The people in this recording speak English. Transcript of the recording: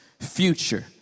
future